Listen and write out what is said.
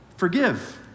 forgive